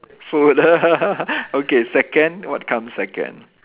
food okay second what comes second